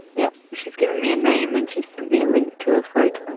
yep, she's given me a name and she's sent me a link to a photo.